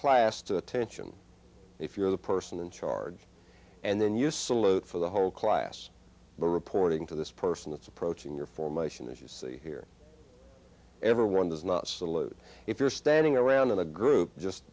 class to attention if you're the person in charge and then you salute for the whole class by reporting to this person that's approaching your formation as you see here everyone does not salute if you're standing around in a group just